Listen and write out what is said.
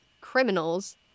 criminals